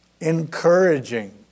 Encouraging